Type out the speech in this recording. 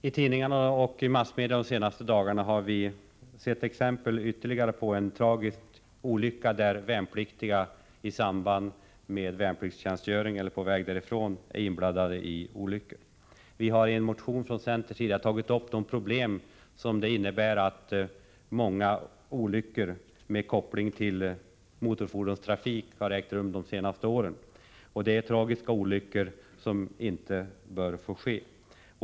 I tidningarna och övriga massmedia har vi de senaste dagarna informerats om en tragisk olycka, som är ytterligare ett exempel på fall då värnpliktiga i samband med värnpliktstjänstgöring eller på väg därifrån är inblandade i olyckor. Vi har i en motion från centerns sida tagit upp de problem som det innebär att många olyckor, med koppling till motorfordonstrafiken, har ägt rum under de senaste åren. Det är tragiska olyckor som inte bör få ske.